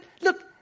look